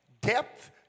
depth